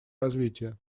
развития